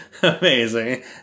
Amazing